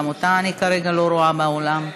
וגם אותה אני כרגע לא רואה באולם.